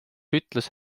ütles